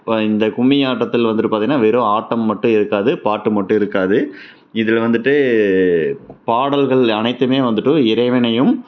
இப்போ இந்த கும்மி ஆட்டத்தில் வந்துவிட்டு பாத்திங்கன்னா வெறும் ஆட்டம் மட்டும் இருக்காது பாட்டு மட்டும் இருக்காது இதில் வந்துவிட்டு பாடல்கள் அனைத்துமே வந்துவிட்டு இறைவனையும்